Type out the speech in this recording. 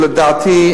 ולדעתי,